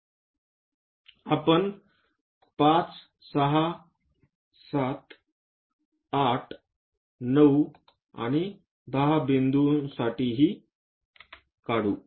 4 वर काढू आपण 5 6 7 8 9 आणि 10 बिंदू काढू